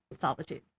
solitude